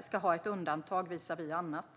ska ha ett undantag visavi annat.